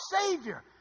Savior